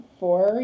four